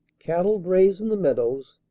cattle graze in the meadows.